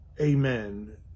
amen